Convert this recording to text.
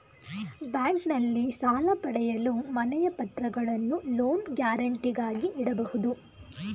ಬ್ಯಾಂಕ್ನಲ್ಲಿ ಸಾಲ ಪಡೆಯಲು ಮನೆಯ ಪತ್ರಗಳನ್ನು ಲೋನ್ ಗ್ಯಾರಂಟಿಗಾಗಿ ಇಡಬಹುದು